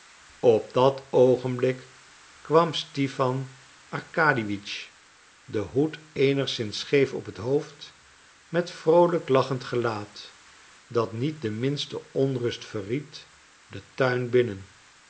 op dat oogenblik kwam stipan arkadiewitsch den hoed eenigszins scheef op het hoofd met vroolijk lachend gelaat dat niet de minste onrust verried den tuin binnen